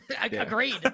Agreed